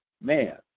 man